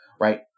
right